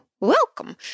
Welcome